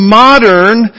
modern